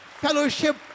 fellowship